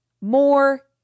more